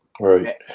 Right